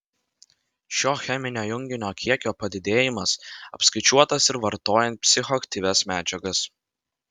šio cheminio junginio kiekio padidėjimas apskaičiuotas ir vartojant psichoaktyvias medžiagas